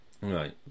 Right